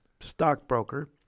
stockbroker